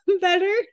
better